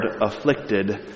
afflicted